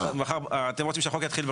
אתם רוצים שהחוק יתחיל.